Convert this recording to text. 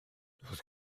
wrth